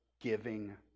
giving